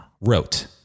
wrote